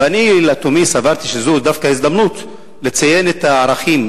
ואני לתומי סברתי שזאת הזדמנות לציין את הערכים